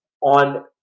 on